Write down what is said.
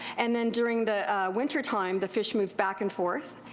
and then during the wintertime the fish moved back and forth,